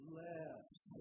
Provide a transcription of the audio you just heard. left